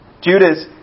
Judas